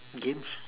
games